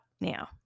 now